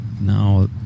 now